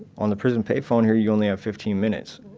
on the prison payphone here you only have fifteen minutes.